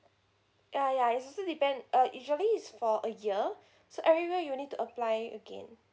yeah yeah is usually depend uh usually it's for a year so every year you need to apply again